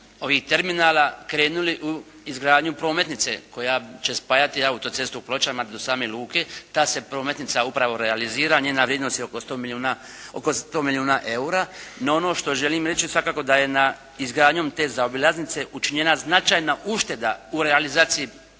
ovih terminala krenuli u izgradnju prometnice koja će spajati auto-cestu u Pločama do same Luke. Ta se prometnica upravo realizira. Njena vrijednost je oko 100 milijuna, oko 100 milijuna EUR-a. No ono što želim reći svakako da je na, izgradnjom te zaobilaznice učinjena značajna ušteda u realizaciji